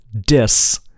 Dis